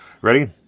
Ready